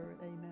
amen